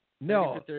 No